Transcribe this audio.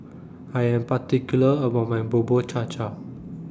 I Am particular about My Bubur Cha Cha